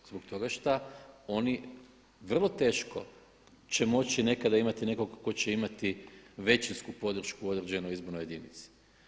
Zbog toga šta oni vrlo teško će moći nekada imati nekog tko će imati većinsku podršku u određenoj izbornoj jedinici.